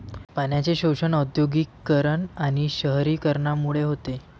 पाण्याचे शोषण औद्योगिकीकरण आणि शहरीकरणामुळे होते